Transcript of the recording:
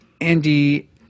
Andy